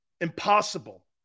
impossible